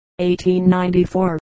1894